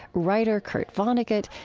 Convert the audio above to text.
writer kurt vonnegut,